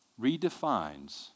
redefines